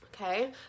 okay